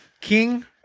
king